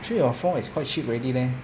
three or four is quite cheap already leh